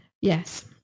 Yes